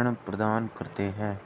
ऋण प्रदान करते हैं